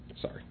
sorry